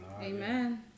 Amen